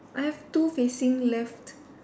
I have two facing left